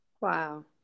Wow